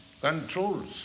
controls